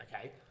Okay